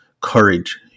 courage